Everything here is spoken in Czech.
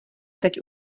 teď